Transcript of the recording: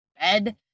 bed